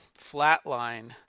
Flatline